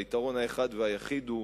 והיתרון האחד והיחיד הוא